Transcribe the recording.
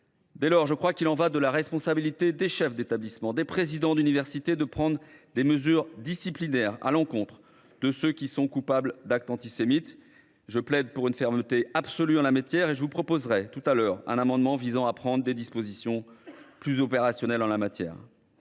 Dès lors, il relève de la responsabilité des chefs d’établissement et des présidents d’université de prendre des mesures disciplinaires à l’encontre de ceux qui sont coupables d’actes antisémites. Je plaide pour une fermeté absolue en la matière. À ce titre, je vous proposerai un amendement visant à prendre des dispositions plus opérationnelles. En outre,